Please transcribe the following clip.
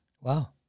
Wow